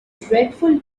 dreadful